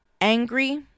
angry